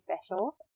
special